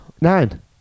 Nine